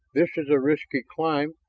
this is a risky climb,